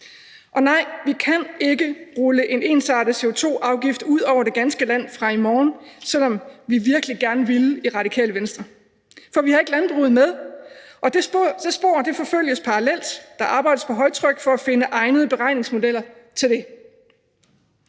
Og nej, vi kan ikke rulle en ensartet CO2-afgift ud over det ganske land fra i morgen, selv om vi virkelig gerne ville i Radikale Venstre, for vi har ikke landbruget med. Det spor forfølges parallelt. Der arbejdes på højtryk for at finde egnede beregningsmodeller til det.